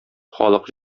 халык